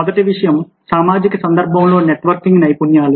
మొదటి విషయం సామాజిక సందర్భంలో నెట్వర్కింగ్ నైపుణ్యాలు